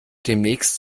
demnächst